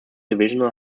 divisional